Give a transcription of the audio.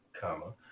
comma